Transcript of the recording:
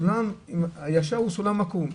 סולם ישר הוא סולם עקום.